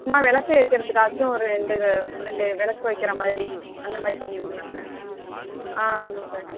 சும்மா விளக்கு வைக்கிறதுக்காச்சும் ஒரு ரெண்டு ரெண்டு விளக்கு வைக்கிற மாதிரி அந்தமாதிரி பண்ணி கொடுங்க சார் ஆமாம் சார்